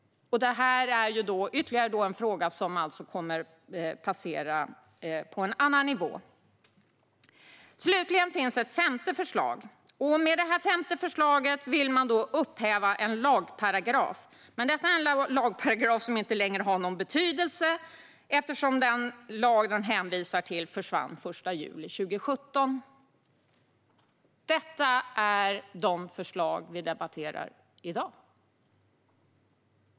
Detta är ytterligare en fråga som kommer att passera på en annan nivå. Slutligen finns ett femte förslag. Med detta vill man upphäva en lagparagraf som inte längre har någon betydelse, eftersom den hänvisar till en lag som försvann den 1 juli 2017. Detta är de förslag vi debatterar i dag.